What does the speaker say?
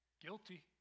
Guilty